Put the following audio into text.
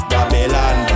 Babylon